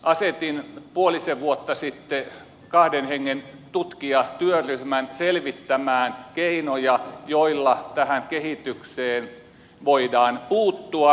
asetin puolisen vuotta sitten kahden hengen tutkijatyöryhmän selvittämään keinoja joilla tähän kehitykseen voidaan puuttua